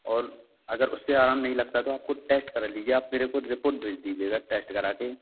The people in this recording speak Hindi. और अगर उससे आराम नहीं लगता तो आपको टेस्ट करा लीजिए आप मेरे को रिपोर्ट भेज दीजिएगा टेस्ट करा कर